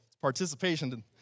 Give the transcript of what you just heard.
Participation